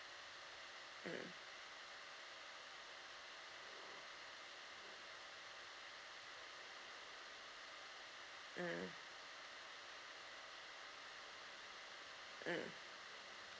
mm mm mm